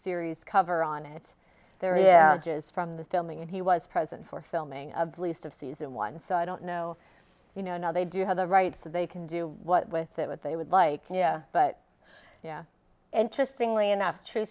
series cover on it there yeah just from the filming and he was present for filming of least of season one so i don't know you know now they do have the right so they can do what with it what they would like but yeah interesting lee enough true